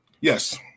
yes